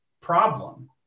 problem